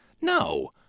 No